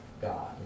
God